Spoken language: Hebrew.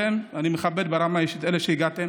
אני מכבד ברמה האישית את אלה שהגיעו,